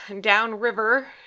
downriver